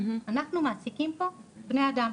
אנחנו מעסיקים פה בני אדם.